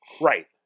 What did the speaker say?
right